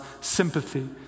sympathy